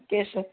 cash